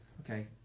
Okay